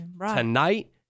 tonight